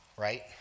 right